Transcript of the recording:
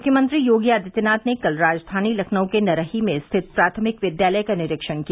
मुख्यमंत्री योगी आदित्यनाथ ने कल राजधानी लखनऊ के नरही में स्थित प्राथमिक विद्यालय का निरीक्षण किया